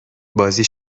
بازی